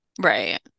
Right